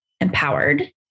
empowered